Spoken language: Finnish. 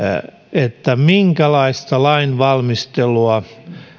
minkälaista lainvalmistelua